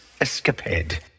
escapade